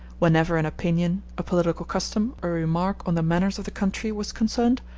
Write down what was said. whenever an opinion, a political custom, or a remark on the manners of the country was concerned,